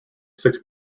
six